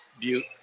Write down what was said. Butte